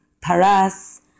Paras